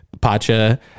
Pacha